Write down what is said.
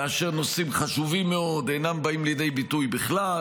כאשר נושאים חשובים מאוד אינם באים לידי ביטוי בכלל,